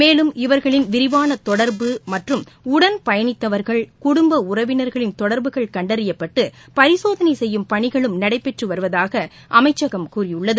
மேலும் இவர்களின் விரிவான தொடர்பு மற்றும் உடன் பயனித்தவர்கள் குடும்ப உறவினர்களின் தொடர்புகள் கண்டறியப்பட்டு பரிசோதனை செய்யும் பனிகளும் நடைபெற்று வருவதாக அமைச்சம் கூறியுள்ளது